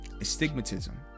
astigmatism